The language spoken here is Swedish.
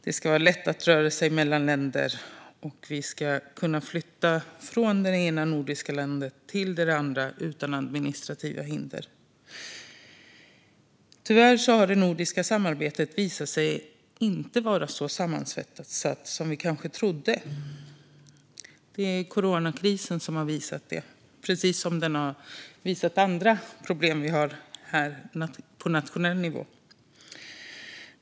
Det ska vara lätt att röra sig mellan länder, och vi ska kunna flytta från det ena nordiska landet till det andra utan administrativa hinder. Tyvärr har den nordiska regionen visat sig inte vara så sammansvetsad som vi kanske trodde. Det är coronakrisen som har visat detta, precis som den har visat på andra problem vi har på nationell nivå.